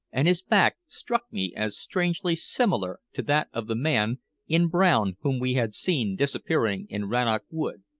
and his back struck me as strangely similar to that of the man in brown whom we had seen disappearing in rannoch wood.